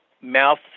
mouth